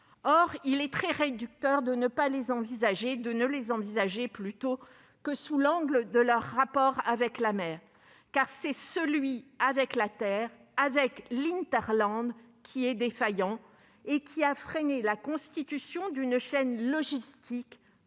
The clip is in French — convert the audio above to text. Or il est très réducteur de ne les envisager que sous l'angle de leur rapport avec la mer, car c'est celui avec la terre, c'est-à-dire l'hinterland, qui est défaillant et qui a freiné la constitution d'une chaîne logistique